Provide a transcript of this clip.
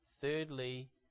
Thirdly